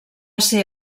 ser